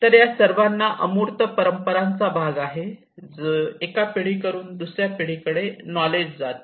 तर या सर्वांना अमूर्त परंपरांचा भाग आहे जे एका पिढीकडून दुसर्या पिढीकडे नॉलेज जाते